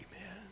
Amen